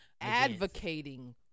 Advocating